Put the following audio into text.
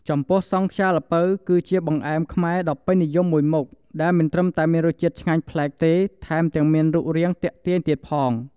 ចំពោះសង់ខ្យាល្ពៅ គឺជាបង្អែមខ្មែរដ៏ពេញនិយមមួយមុខ ដែលមិនត្រឹមតែមានរសជាតិឆ្ងាញ់ប្លែកទេ ថែមទាំងមានរូបរាងទាក់ទាញទៀតផង។